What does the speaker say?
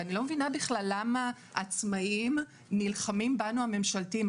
ואני לא מבינה בכלל למה העצמאים נלחמים בנו הממשלתיים,